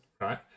right